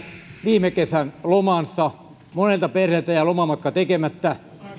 viime kesän lomansa monelta perheeltä jäi lomamatka tekemättä